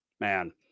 man